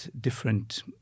different